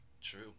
true